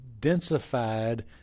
densified